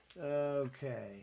Okay